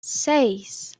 seis